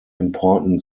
important